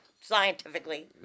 scientifically